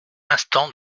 instant